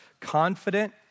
confident